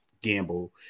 Gamble